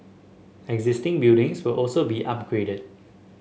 existing buildings will also be upgraded